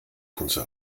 kunze